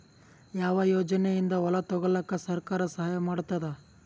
ಯಾವ ಯೋಜನೆಯಿಂದ ಹೊಲ ತೊಗೊಲುಕ ಸರ್ಕಾರ ಸಹಾಯ ಮಾಡತಾದ?